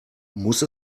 muss